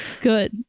Good